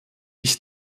ich